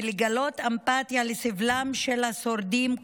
ולגלות אמפתיה לסבלם של השורדים,